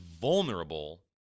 vulnerable